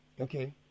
Okay